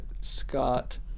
Scott